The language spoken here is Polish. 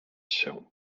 się